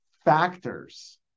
factors